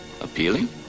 appealing